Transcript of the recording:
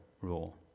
rule